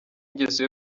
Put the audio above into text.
ingeso